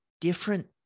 different